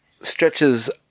stretches